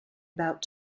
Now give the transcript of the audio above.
about